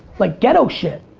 like ghetto shit.